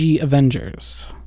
Avengers